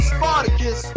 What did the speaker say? Spartacus